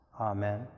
Amen